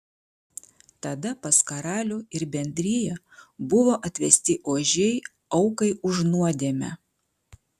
tada pas karalių ir bendriją buvo atvesti ožiai aukai už nuodėmę